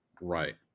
Right